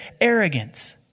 arrogance